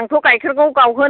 आंथ' गाइखेरखौ गावहोन